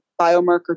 biomarker